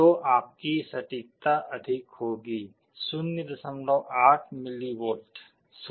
तो आपकी सटीकता अधिक होगी 08 मिलीवोल्ट